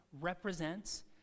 represents